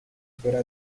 fuera